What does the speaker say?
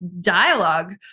dialogue